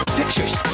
pictures